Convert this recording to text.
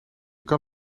kan